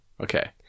Okay